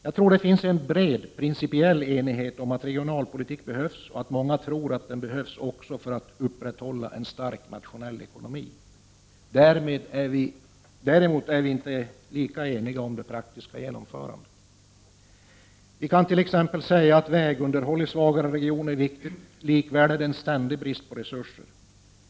Jag tror att det finns en bred principiell enighet om att regionalpolitik behövs; många tror att den behövs också för att upprätthålla en stark nationell ekonomi. Däremot är vi inte lika eniga om det praktiska genomförandet av regionalpolitiken. Vi kan t.ex. säga att vägunderhåll i svagare regioner är viktigt. Likväl är det ständigt brist på resurser.